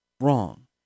wrong